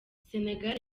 senegal